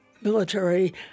military